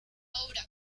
obra